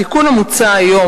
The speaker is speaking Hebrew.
התיקון המוצע היום,